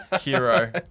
hero